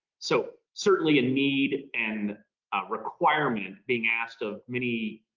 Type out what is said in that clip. so certainly a need and requirement being asked of many